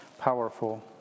powerful